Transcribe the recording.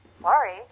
Sorry